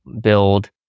build